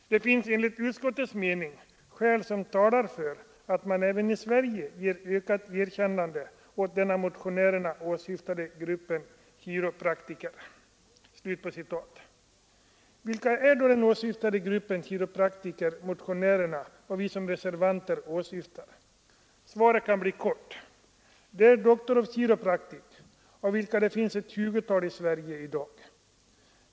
Det finns enligt utskottets mening skäl som talar för att man även i Sverige ger ökat erkännande åt den åv motionärerna åsyftade gruppen kiropraktorer.” Vilken är då den åsyftade gruppen kiropraktorer som motionärerna och vi reservanter åsyftar? Svaret kan bli kort. Det är Doctors of Chiropractic, av vilka det finns ett 20-tal i Sverige i dag.